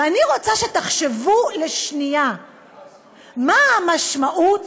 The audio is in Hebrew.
ואני רוצה שתחשבו לשנייה מה המשמעות